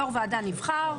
יו"ר ועדה נבחר,